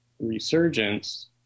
resurgence